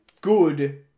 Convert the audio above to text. good